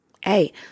hey